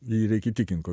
jį reikia įtikint